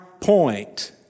point